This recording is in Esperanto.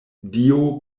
dio